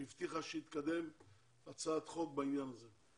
שהבטיחה שהיא תקדם תזכיר חוק בעניין הזה?